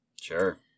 sure